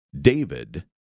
David